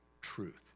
truth